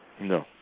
No